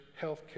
healthcare